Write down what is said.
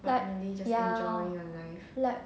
like ya like